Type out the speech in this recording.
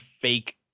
fake